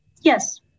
yes